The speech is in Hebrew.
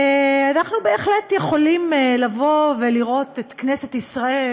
אנחנו בהחלט יכולים לראות את כנסת ישראל